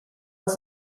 was